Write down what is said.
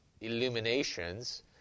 illuminations